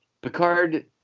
Picard